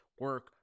Work